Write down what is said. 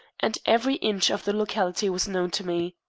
and every inch of the locality was known to me.